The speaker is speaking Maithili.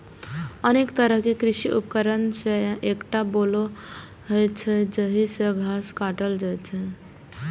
अनेक तरहक कृषि उपकरण मे सं एकटा बोलो होइ छै, जाहि सं घास काटल जाइ छै